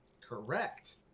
correct